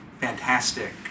fantastic